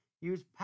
Use